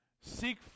Seek